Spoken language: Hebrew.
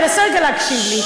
תנסה רגע להקשיב לי.